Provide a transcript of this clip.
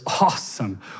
awesome